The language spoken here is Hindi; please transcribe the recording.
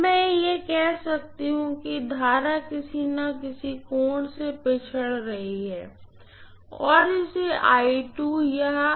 अब मैं कह सकती हूँ कि करंट किसी न किसी कोण से पिछड़ रही हूँ